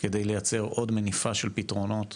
כדי לייצר עוד מניפה של פתרונות